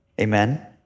Amen